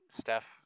steph